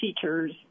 teachers